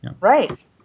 Right